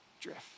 Drift